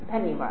धन्यवाद